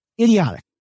idiotic